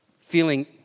Feeling